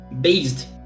based